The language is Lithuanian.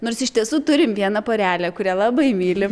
nors iš tiesų turim vieną porelę kurią labai mylim